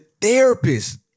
therapist